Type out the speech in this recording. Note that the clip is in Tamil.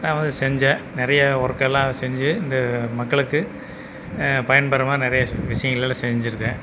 நான் வந்து செஞ்சேன் நிறைய ஒர்க் எல்லாம் செஞ்சு இந்த மக்களுக்கு பயன்படுற மாதிரி நிறைய விஷியங்கள் எல்லாம் செஞ்சுருக்கேன்